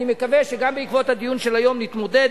אני מקווה שגם בעקבות הדיון של היום נתמודד.